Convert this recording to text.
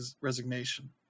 resignation